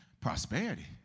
prosperity